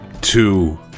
two